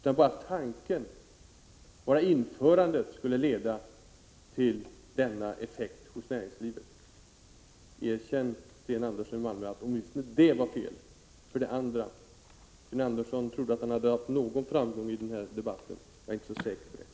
Bara själva införandet av fonderna skulle leda till denna effekt hos näringslivet. Erkänn, Sten Andersson i Malmö, att åtminstone detta var fel. För det andra: Sten Andersson trodde att han hade haft någon framgång i den här debatten. Jag är inte så säker på det.